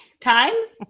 times